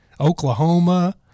Oklahoma